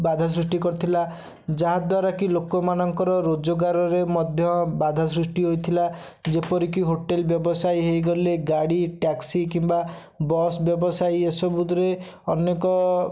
ବାଧା ସୃଷ୍ଟି କରିଥିଲା ଯାହାଦ୍ୱାରାକି ଲୋକ ମାନଙ୍କର ରୋଜଗାରରେ ମଧ୍ୟ ବାଧା ସୃଷ୍ଟି ହୋଇଥିଲା ଯେପରିକି ହୋଟେଲ ବ୍ୟବସାୟୀ ହେଇଗଲେ ଗାଡ଼ି ଟ୍ୟାକ୍ସି କିମ୍ବା ବସ ବ୍ୟବସାୟୀ ଏ ସବୁଥିରେ ଅନେକ